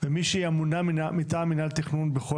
ומי שהיא אמונה מטעם מנהל תכנון בכל